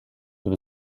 with